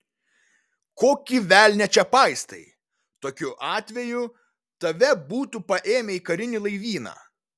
kokį velnią čia paistai tokiu atveju tave būtų paėmę į karinį laivyną